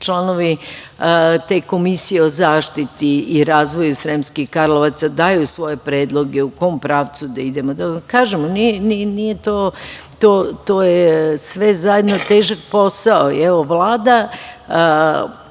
članovi te Komisije zaštiti i razvoju Sremskih Karlovaca daju svoje predloge u kom pravcu da idemo. Kažem, to je sve zajedno težak posao. Vlada